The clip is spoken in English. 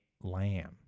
lamb